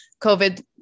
COVID